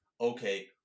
okay